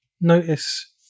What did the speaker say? notice